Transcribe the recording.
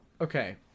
Okay